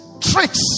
tricks